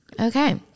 Okay